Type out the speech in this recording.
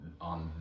on